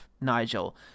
Nigel